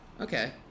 Okay